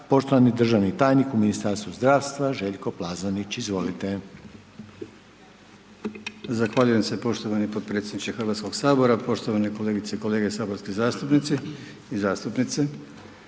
Poštovani državni tajnik u Ministarstvu pravosuđa Juro Martinović. Izvolite.